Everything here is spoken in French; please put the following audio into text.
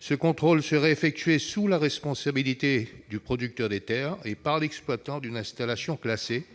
Ce contrôle serait effectué sous la responsabilité du producteur des terres et par l'exploitant d'une installation classée-